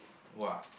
!woah!